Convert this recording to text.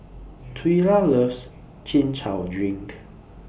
Twyla loves Chin Chow Drink